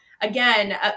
again